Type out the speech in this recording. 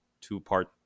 two-part